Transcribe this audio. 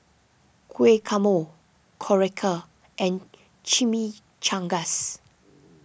Guacamole Korokke and Chimichangas